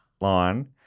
line